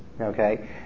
okay